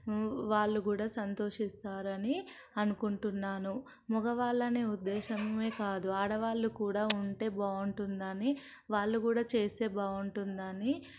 వాళ్లు కూడా సంతోషిస్తారని అనుకుంటున్నాను మగవాళ్లనే ఉద్దేశమే కాదు ఆడవాళ్లు కూడా ఉంటే బాగుంటుందని వాళ్ళు కూడా చేస్తే బాగుంటుందని